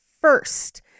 first